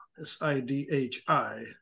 S-I-D-H-I